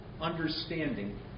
understanding